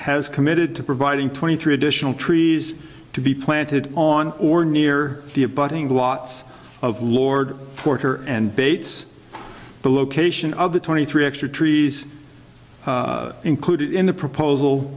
has committed to providing twenty three additional trees to be planted on or near the abutting blots of lord porter and bates the location of the twenty three extra trees included in the proposal